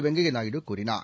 வெங்கைய நாயுடு கூறினார்